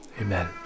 Amen